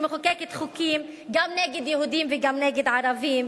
שמחוקקת חוקים גם נגד יהודים וגם נגד ערבים,